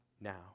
now